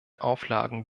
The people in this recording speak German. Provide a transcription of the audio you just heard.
auflagen